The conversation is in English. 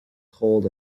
called